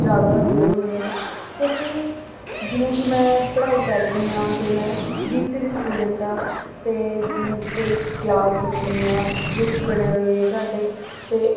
ਜ਼ਿਆਦਾ ਜੁੜੇ ਹੋਏ ਹਨ ਕਿਉਂਕਿ ਜਿਵੇਂ ਕਿ ਮੈਂ ਪੜ੍ਹਾਈ ਕਰਦੀ ਹਾਂ ਅਤੇ ਮੈਂ ਬੀਸੀਏ ਦੀ ਸਟੂਡੈਂਟ ਹਾਂ ਅਤੇ ਜਿਵੇਂ ਕੋਈ ਕਲਾਸ ਲੱਗਣੀ ਆ ਗਰੁੱਪਸ ਬਣੇ ਹੋਏ ਆ ਸਾਡੇ ਅਤੇ